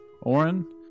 Oren